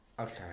Okay